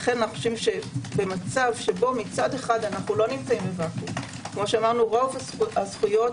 לכן אנו חושבים שבמצב שבו מצד אנו לא נמצאים בוואקום כאמור רוב הזכויות